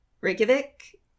Reykjavik